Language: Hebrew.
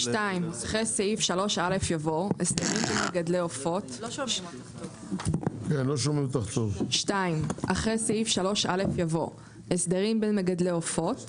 התחרות הכלכלית 65. (2) אחרי סעיף 3א יבוא: הסדרים בין מגדלי עופות